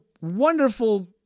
wonderful